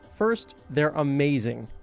first, they're amazing,